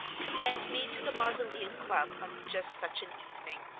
commend me to the mausoleum club on just such an evening.